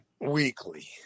weekly